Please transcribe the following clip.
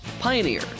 Pioneer